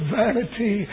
vanity